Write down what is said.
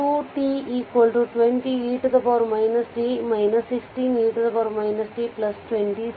v2 20e t 16e t 20